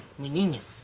museum